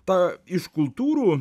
ta iš kultūrų